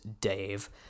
Dave